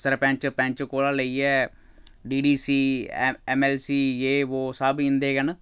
सरपैंच पैंच कोला लेइयै D D C M L C जे वो सब इं'दे गै न